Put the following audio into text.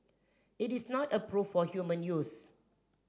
it is not approved for human use